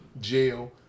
jail